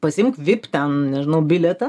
pasiimk vip ten nežinau bilietą